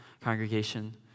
congregation